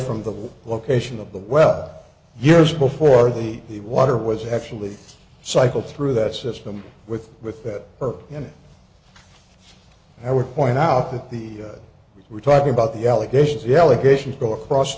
from the location of the well years before the the water was actually cycled through that system with with that and i would point out that the we were talking about the allegations yell occasionally go across